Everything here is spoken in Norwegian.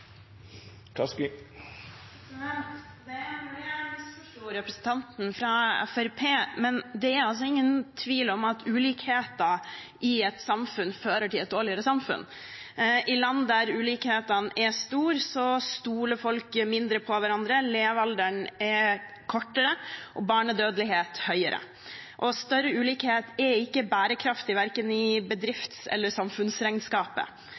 Det er mulig jeg misforsto representanten fra Fremskrittspartiet, men det er altså ingen tvil om at ulikheter i et samfunn fører til et dårligere samfunn. I land der ulikhetene er store, stoler folk mindre på hverandre, levealderen er kortere og barnedødeligheten høyere. Større ulikhet er ikke bærekraftig, verken i bedrifts- eller samfunnsregnskapet.